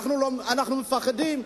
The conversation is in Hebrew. אנחנו מפחדים.